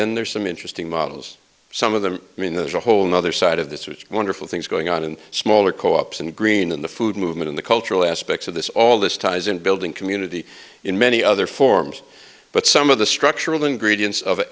then there's some interesting models some of them i mean there's a whole nother side of this which wonderful things going on in smaller co ops and green in the food movement in the cultural aspects of this all this ties in building community in many other forms but some of the structural ingredients of